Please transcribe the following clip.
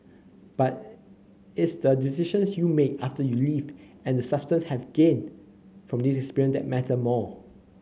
but its the decisions you make after you leave and the substance have gained from this experience that matter more